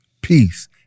peace